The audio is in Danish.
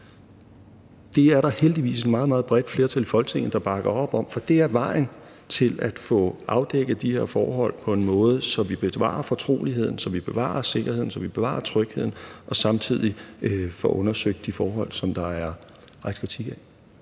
Det er der heldigvis et meget, meget bredt flertal i Folketinget der bakker op om, for det er vejen til at få afdækket de her forhold på en måde, så vi bevarer fortroligheden, så vi bevarer sikkerheden, så vi bevarer trygheden og samtidig får undersøgt de forhold, som der er rejst kritik af.